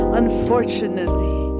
unfortunately